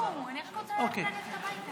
אוקיי.